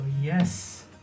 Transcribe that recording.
yes